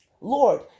Lord